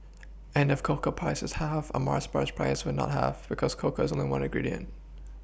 and if cocoa prices halved a Mars bar's price will not halve because cocoa is only one ingredient